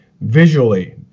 visually